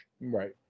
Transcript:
Right